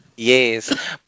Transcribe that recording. Yes